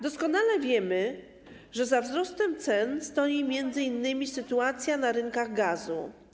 Doskonale wiemy, że za wzrostem cen stoi m.in. sytuacja na rynkach gazu.